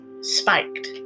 spiked